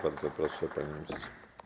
Bardzo proszę, panie ministrze.